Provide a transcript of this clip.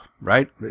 right